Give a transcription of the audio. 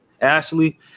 Ashley